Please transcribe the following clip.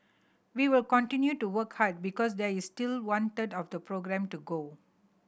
we will continue to work hard because there is still one third of the programme to go